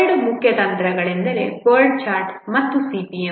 ಎರಡು ಪ್ರಮುಖ ತಂತ್ರಗಳೆಂದರೆ PERT ಚಾರ್ಟ್ ಮತ್ತು CPM